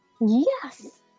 yes